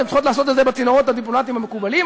הן צריכות לעשות את זה בצינורות הדיפלומטיים המקובלים,